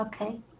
Okay